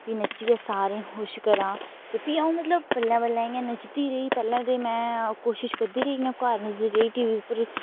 भी नच्चियै सारें ई खुश करांऽ ते भी अ'ऊं मतलब बल्लें बल्लें इ'यां नच्चदी रेही पैह्लें ते में कोशिश करदी रेही इ'यां घर नच्चदी रेही टी वी उप्पर